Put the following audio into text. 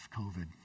COVID